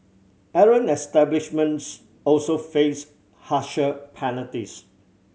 errant establishments also faced harsher penalties